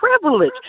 privilege